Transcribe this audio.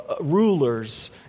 rulers